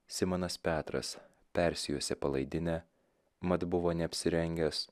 simonas petras persijuosė palaidinę mat buvo neapsirengęs